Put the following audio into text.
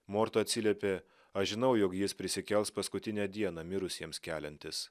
morta atsiliepė aš žinau jog jis prisikels paskutinę dieną mirusiems keliantis